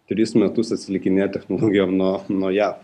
tris metus atsilikinėja technologijom nuo nuo jav